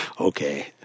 Okay